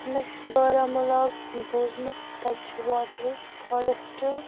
مےٚ چھِ بارہمولہ بوٗزمُت تَتہِ چھُ واٹَر فارٮ۪سٹ